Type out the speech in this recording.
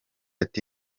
ati